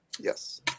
yes